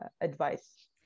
advice